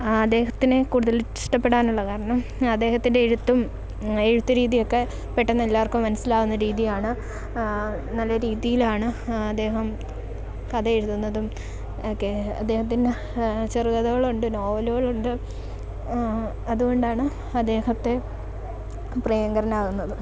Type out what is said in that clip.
അദ്ദേഹത്തിനെ കൂടുതൽ ഇഷ്ടപ്പെടാനുള്ള കാരണം അദ്ദേഹത്തിൻ്റെ എഴുത്തും എഴുത്ത് രീതിയൊക്കെ പെട്ടെന്ന് എല്ലാവർക്കും മനസ്സിലാവുന്ന രീതിയാണ് നല്ല രീതിയിലാണ് അദ്ദേഹം കഥ എഴുതുന്നതും ഒക്കെ അദ്ദേഹത്തിൻ്റെ ചെറുകഥകളുണ്ട് നോവലുകളുണ്ട് അതുകൊണ്ടാണ് അദ്ദേഹത്തെ പ്രിയങ്കരനാകുന്നത്